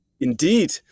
Indeed